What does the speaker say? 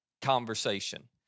conversation